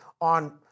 on